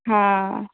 हा